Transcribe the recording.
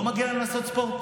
לא מגיע להם לעשות ספורט?